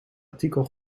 artikel